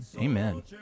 Amen